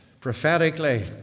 prophetically